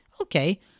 okay